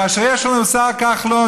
כאשר יש לנו השר כחלון,